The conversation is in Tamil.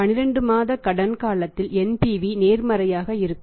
12 மாத கடன் காலத்தில் NPV நேர்மறையாக இருக்கும்